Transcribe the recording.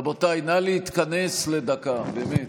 רבותיי, נא להתכנס לדקה, באמת.